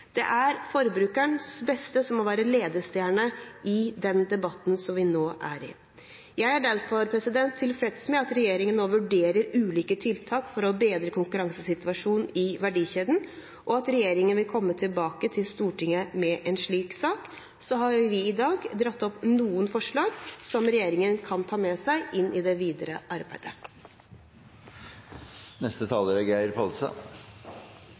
Det er forbrukerens beste som må være ledestjerne i den debatten som vi nå er i. Jeg er derfor tilfreds med at regjeringen nå vurderer ulike tiltak for å bedre konkurransesituasjonen i verdikjeden, og at regjeringen vil komme tilbake til Stortinget med en slik sak. Så har vi i dag dratt fram noen forslag som regjeringen kan ta med seg inn i det videre arbeidet. Mat er